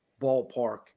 ballpark